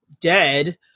dead